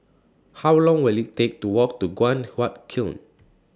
How Long Will IT Take to Walk to Guan Huat Kiln